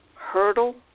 hurdle